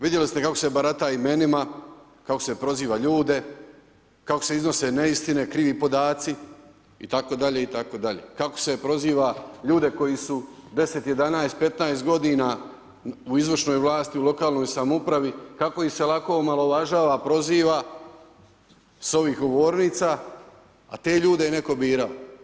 Vidjeli ste kako se barata imenima, kako se proziva ljude, kako se iznose neistine, krivi podaci itd., itd. kako se proziva ljude koji su 10, 11, 15 godina u izvršnoj vlasti u lokalnoj samoupravi, kako ih se lako omalovažava, proziva s ovih govornica, a te ljude je netko birao.